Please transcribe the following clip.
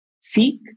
seek